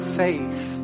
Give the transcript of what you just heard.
faith